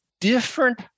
different